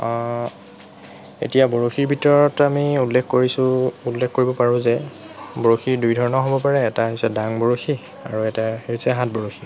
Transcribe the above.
হয় এতিয়া বৰশীৰ ভিতৰত আমি উল্লেখ কৰিছোঁ উল্লেখ কৰিব পাৰোঁ যে বৰশী দুই ধৰণৰ হ'ব পাৰে এটা হৈছে ডাং বৰশী আৰু এটা হৈছে হাত বৰশী